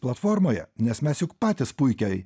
platformoje nes mes juk patys puikiai